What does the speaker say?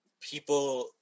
people